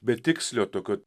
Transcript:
betikslio tokio